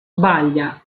sbaglia